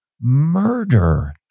murder